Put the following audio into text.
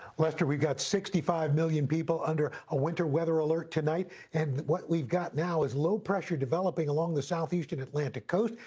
lester, we've got sixty five million people under a winter weather alert tonight and what we've got now is low pressure developing along the southeast and atlantic coast.